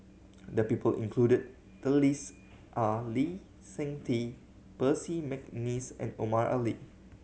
the people included in the list are Lee Seng Tee Percy McNeice and Omar Ali